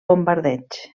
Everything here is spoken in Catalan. bombardeig